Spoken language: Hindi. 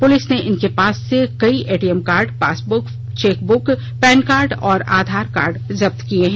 पुलिस ने इनके पास से कई ATM card passbook chequebook PAN card और आधार कार्ड जब्त किये हैं